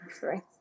sorry